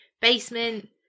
basement